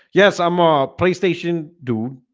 yes. i'm a playstation, dude